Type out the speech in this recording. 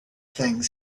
things